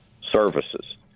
services